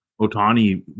Otani